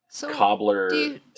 cobbler